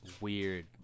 Weird